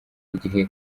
gihe